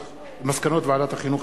מסקנות ועדת החינוך,